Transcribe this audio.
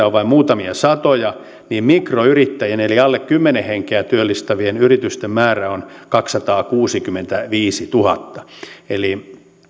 on vain muutamia satoja niin mikroyrittäjien eli alle kymmenen henkeä työllistävien yritysten määrä on kaksisataakuusikymmentäviisituhatta eli